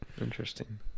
interesting